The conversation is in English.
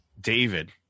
David